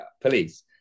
police